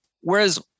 Whereas